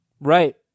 Right